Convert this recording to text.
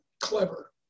clever